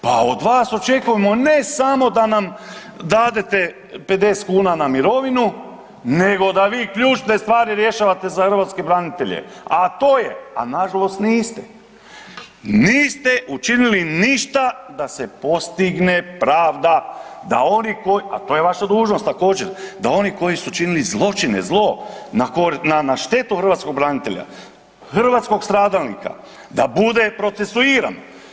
Pa od vas očekujemo ne samo da nam dadete 50 kuna na mirovinu nego da vi ključne stvari rješavate za hrvatske branitelje, a to je a nažalost nije, niste učinili ništa da se postigne pravda, da oni, a to je vaša dužnost također, da oni koji su činili zločine, zlo na štetu hrvatskog branitelja, hrvatskog stradalnika da bude procesuiran.